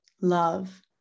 love